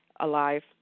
Alive